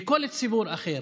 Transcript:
של כל ציבור אחר.